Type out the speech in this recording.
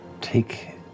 take